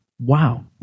Wow